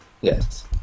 yes